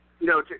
No